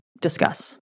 discuss